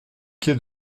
quai